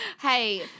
hey